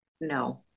No